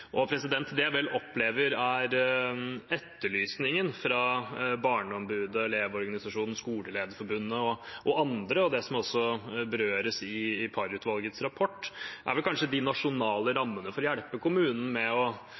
Det jeg opplever er etterlysningen fra Barneombudet, Elevorganisasjonen, Skolelederforbundet og andre, og som også berøres i Parr-utvalgets rapport, er vel kanskje de nasjonale rammene for å hjelpe kommunene med å